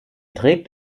trägt